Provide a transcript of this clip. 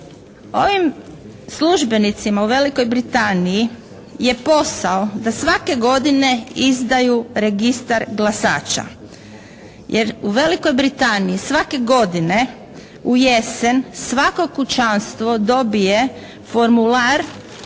Ovim službenicima u Velikoj Britaniji je posao da svake godine izdaju registar glasača, jer u Velikoj Britaniji svake godine u jesen svako kućanstvo dobije formular